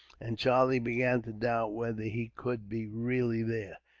and charlie began to doubt whether he could be really there.